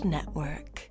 Network